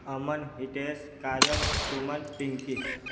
Aman Hitesh Kajal Suman Pinky